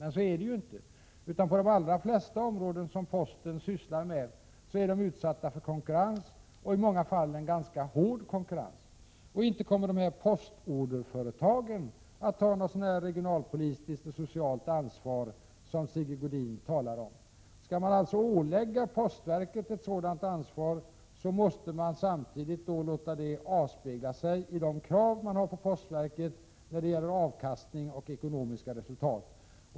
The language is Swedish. Men så är det ju inte, utan på de allra flesta områden där postverket arbetar är verket utsatt för konkurrens, och i många fall för en ganska hård konkurrens. Och inte kommer de här postorderföretagen att ta något sådant regionalpolitiskt och socialt ansvar som Sigge Godin talar om. Skall man alltså ålägga postverket ett sådant ansvar, måste man samtidigt låta det avspegla sig i de krav man ställer på postverket när det gäller avkastning och ekonomiska resultat.